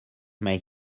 make